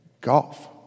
golf